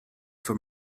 for